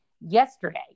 yesterday